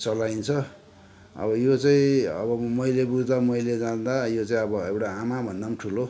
चलाइन्छ अब यो चाहिँ अब मैले बुझ्दा मैले जान्दा यो चाहिँ अब एउटा आमाभन्दा पनि ठुलो